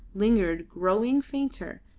lingered, growing fainter,